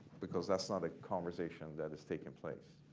because that's not a conversation that is taking place.